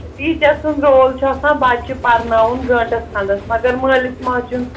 teacher سُنٛد role چھُ آسان بَچہِ پَرناوُن گٲنٛٹَس کھٔنٛڈَس مَگر مٲلِس ماجہِ ہُنٛد